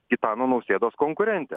gitano nausėdos konkurentė